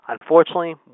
Unfortunately